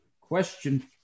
Question